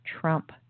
Trump